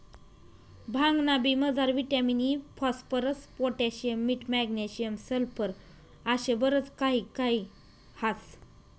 भांगना बी मजार विटामिन इ, फास्फरस, पोटॅशियम, मीठ, मॅग्नेशियम, सल्फर आशे बरच काही काही ह्रास